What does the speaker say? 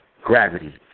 Gravity